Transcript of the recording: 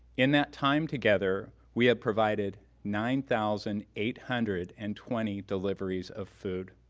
in that time together, we have provided nine thousand eight hundred and twenty deliveries of food.